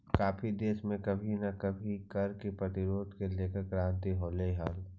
काफी देशों में कभी ना कभी कर के प्रतिरोध को लेकर क्रांति होलई हल